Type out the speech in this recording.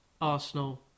Arsenal